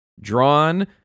drawn